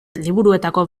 liburuetako